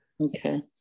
Okay